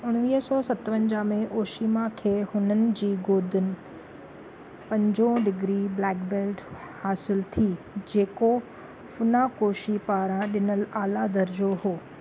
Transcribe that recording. उणिवीह सौ सतवंजाहु में ओशीमा खे हुननि जी गोदुन पंजो डिग्री ब्लैक बेल्ट हासिलु थी जेको फुनाकोशी पारां डि॒नलु आला दर्जो हुओ